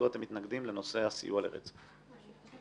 אני רוצה